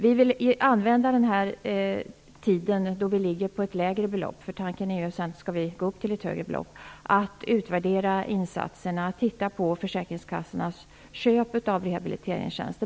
Vi vill använda tiden då vi ligger på ett lägre belopp - tanken är att vi sedan skall gå upp till ett högre belopp - till att utvärdera insatserna, bl.a. till att titta på försäkringskassornas köp av rehabiliteringstjänster.